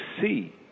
see